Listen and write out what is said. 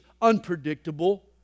unpredictable